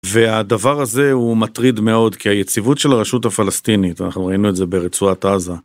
והדבר הזה הוא מטריד מאוד כי היציבות של הרשות הפלסטינית, אנחנו ראינו את זה ברצועת עזה.